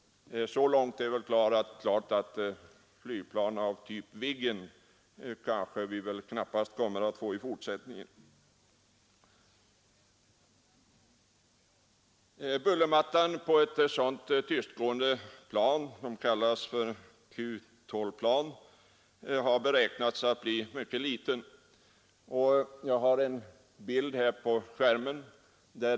Flygplan av typ Viggen kommer vi väl knappast att få i fortsättningen. Bullermattan från ett tystgående s.k. QTOL-plan har beräknats bli mycket liten. Jag skall visa detta på TV-skärmen.